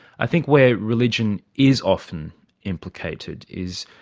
i think where religion is often implicated is,